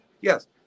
Yes